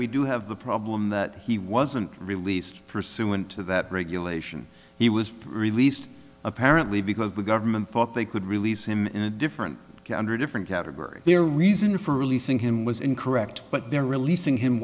we do have the problem that he wasn't released pursuant to that regulation he was released apparently because the government thought they could release him in a different candor different category their reason for releasing him was incorrect but they're releasing him